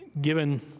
given